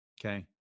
okay